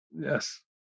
Yes